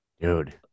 Dude